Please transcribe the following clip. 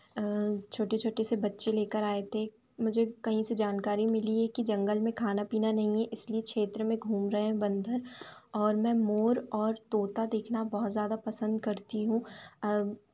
छोटे छोटे से बच्चे लेकर आए थे मुझे कहीं से जानकारी मिली है कि जंगल में खाना पीना नहीं है इसलिए क्षेत्र में घूम रहे हैं बन्दर और मैं मोर और तोता देखना बहुत ज़्यादा पसंद करती हूँ अब